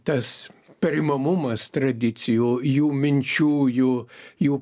tas perimamumas tradicijų jų minčių jų jų